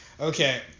okay